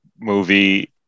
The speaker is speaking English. movie